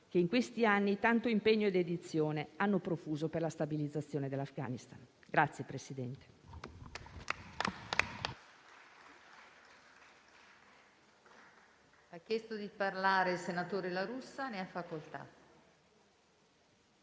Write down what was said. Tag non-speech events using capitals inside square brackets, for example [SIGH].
che in questi anni tanto impegno e dedizione hanno profuso per la stabilizzazione dell'Afghanistan. [APPLAUSE]